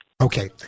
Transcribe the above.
Okay